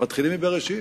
ומתחילים מבראשית.